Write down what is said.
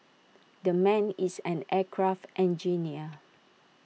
the man is an aircraft engineer